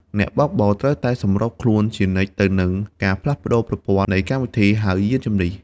អ្នកបើកបរត្រូវតែសម្របខ្លួនជានិច្ចទៅនឹងការផ្លាស់ប្តូរប្រព័ន្ធ នៃកម្មវិធីហៅយានជំនិះ។